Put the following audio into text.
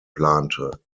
plante